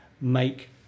make